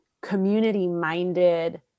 community-minded